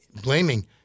blaming